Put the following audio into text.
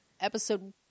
episode